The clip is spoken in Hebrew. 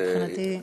מבחינתי,